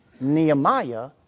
Nehemiah